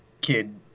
Kid